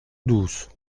douze